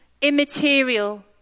immaterial